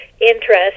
interest